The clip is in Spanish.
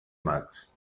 max